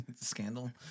scandal